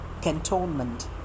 cantonment